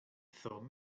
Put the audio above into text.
aethom